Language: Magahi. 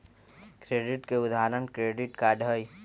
क्रेडिट के उदाहरण क्रेडिट कार्ड हई